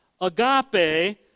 agape